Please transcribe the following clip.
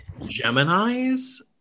Geminis